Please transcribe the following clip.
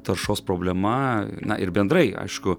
taršos problema na ir bendrai aišku